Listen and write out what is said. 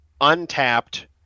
untapped